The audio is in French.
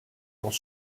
dans